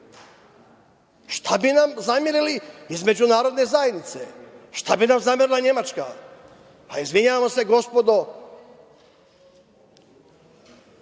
Šta bi nam zamerili iz Međunarodne zajednice? Šta bi nam zamerila Nemačka? Izvinjavam se gospodo